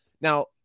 Now